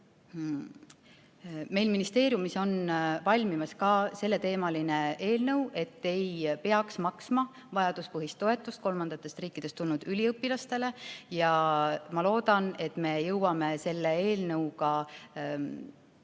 siis ministeeriumis on valmimas selleteemaline eelnõu, et ei peaks maksma vajaduspõhist toetust kolmandatest riikidest tulnud üliõpilastele. Ma loodan, et me jõuame selle eelnõuga valitsusse